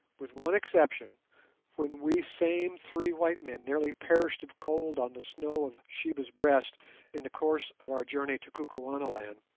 with one exception when we same three white men nearly perished of cold on the snow of sheba's breast in the course of our journey to kukuanaland